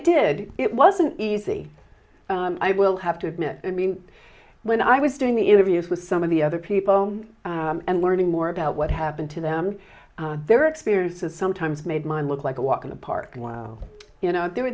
did it wasn't easy i will have to admit i mean when i was doing the interviews with some of the other people and learning more about what happened to them their experiences sometimes made mine look like a walk in the park and wow you know there